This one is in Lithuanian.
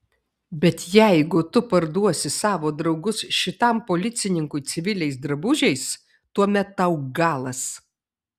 bet jeigu tu parduosi savo draugus šitam policininkui civiliais drabužiais tuomet tau galas